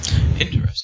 Interesting